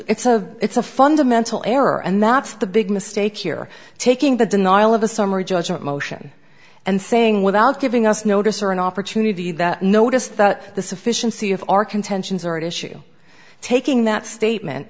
it's a it's a fundamental error and that's the big mistake here taking the denial of a summary judgment motion and saying without giving us notice or an opportunity that notice that the sufficiency of our contentions are at issue taking that statement